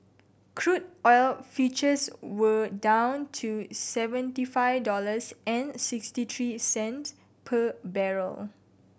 crude oil futures were down to seventy five dollars and sixty three cents per barrel